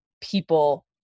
people